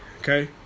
Okay